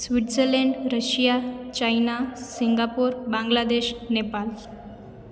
Switzerland Russia China Singapore Bangladesh Nepal